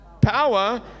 power